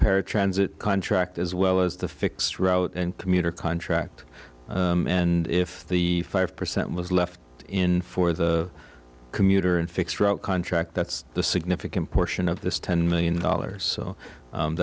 paratransit contract as well as the fixed route and commuter contract and if the five percent was left in for the commuter and fixed route contract that's the significant portion of this ten million dollars so